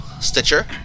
Stitcher